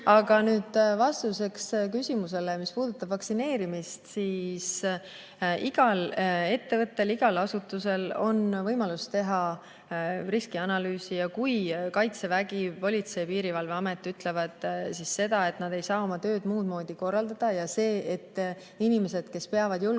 Aga nüüd vastuseks küsimusele: mis puudutab vaktsineerimist, siis igal ettevõttel, igal asutusel on võimalus teha riskianalüüsi. Ja Kaitsevägi ning Politsei- ja Piirivalveamet ütlevad seda, et nad ei saa oma tööd muud moodi korraldada. Ja see, et inimesed, kes peavad julgeolekuga